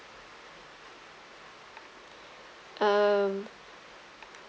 um